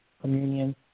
communion